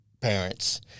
parents